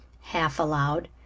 half-aloud